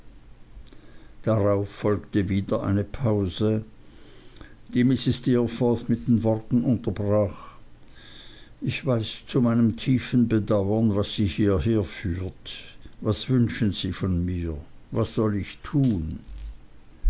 darauf folgte wieder eine pause die mrs steerforth mit den worten unterbrach ich weiß zu meinem tiefen bedauern was sie hierher führt was wünschen sie von mir was soll ich für sie tun